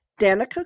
Danica